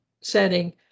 setting